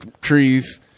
trees